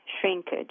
shrinkage